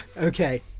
Okay